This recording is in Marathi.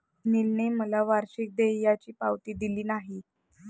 सुनीलने मला वार्षिक देयाची पावती दिली नाही